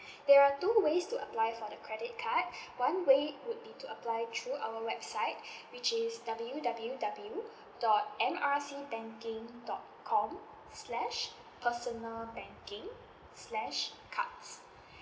there are two ways to apply for the credit card one way would be to apply through our website which is W W W dot M R C banking dot com slash personal banking slash cards